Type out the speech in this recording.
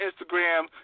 Instagram